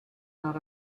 not